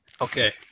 Okay